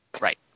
Right